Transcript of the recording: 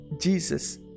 Jesus